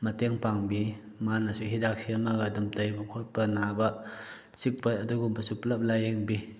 ꯃꯇꯦꯡ ꯄꯥꯡꯕꯤ ꯃꯥꯅꯁꯨ ꯍꯤꯗꯥꯛ ꯁꯦꯝꯃꯒ ꯑꯗꯨꯝ ꯇꯩꯕ ꯈꯣꯠꯄ ꯅꯥꯕ ꯆꯤꯛꯄ ꯑꯗꯨꯒꯨꯝꯕꯁꯨ ꯄꯨꯜꯂꯞ ꯂꯥꯏꯌꯦꯡꯕꯤ